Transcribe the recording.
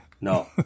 no